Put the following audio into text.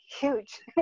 huge